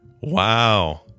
Wow